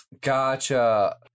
Gotcha